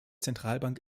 zentralbank